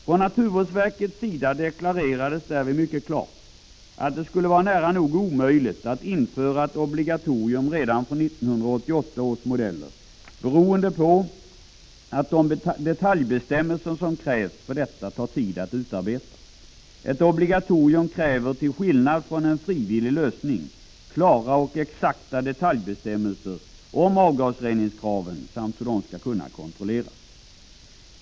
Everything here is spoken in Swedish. Från naturvårdsverkets sida deklare rades därvid mycket klart att det skulle vara nära nog omöjligt att införa ett obligatorium redan från 1988 års modeller, beroende på att de detaljbestämmelser som krävs för detta tar tid att utarbeta. Ett obligatorium kräver ju, till skillnad från en frivillig lösning, klara och exakta detaljbestämmelser om avgasreningskraven samt hur dessa skall kontrolleras.